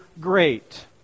great